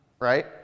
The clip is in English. right